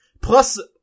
Plus